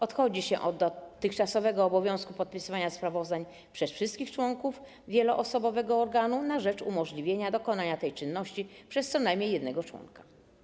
Odchodzi się od dotychczasowego obowiązku podpisywania sprawozdań przez wszystkich członków wieloosobowego organu na rzecz umożliwienia dokonania tej czynności przez co najmniej jednego członka.